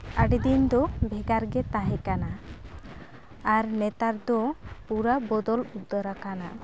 ᱟᱹᱰᱤ ᱫᱤᱱ ᱫᱚ ᱵᱷᱮᱜᱟᱨ ᱜᱮ ᱛᱟᱦᱮᱸᱠᱟᱱᱟ ᱟᱨ ᱱᱮᱛᱟᱨ ᱫᱚ ᱯᱩᱨᱟᱹ ᱵᱚᱫᱚᱞ ᱩᱛᱟᱹᱨᱟᱠᱟᱱᱟ